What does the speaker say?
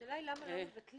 השאלה היא למה לא מבטלים.